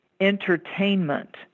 Entertainment